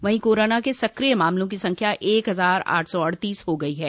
वहीं कोरोना के सकिय मामलों की संख्या एक हजार आठ सौ अड़तीस हो गई है